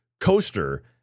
coaster